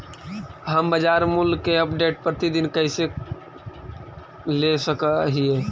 हम बाजार मूल्य के अपडेट, प्रतिदिन कैसे ले सक हिय?